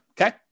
okay